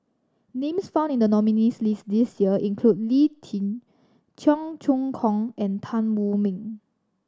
names found in the nominees' list this year include Lee Tjin Cheong Choong Kong and Tan Wu Meng